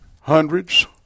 hundreds